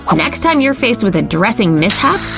next time you're faced with a dressing mishap,